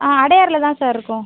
அ அடையாரில் தான் சார் இருக்கோம்